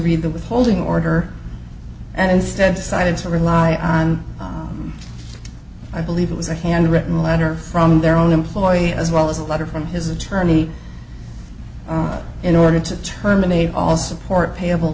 read the withholding order and instead cited to rely on i believe it was a handwritten letter from their own employer as well as a letter from his attorney in order to terminate all support payable